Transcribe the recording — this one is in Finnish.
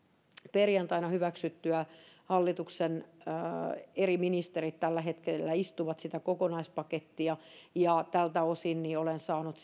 perjantaina hyväksyttyä hallituksen eri ministerit tällä hetkellä istuvat sitä kokonaispakettia ja tältä osin olen saanut